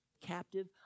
captive